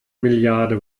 milliarde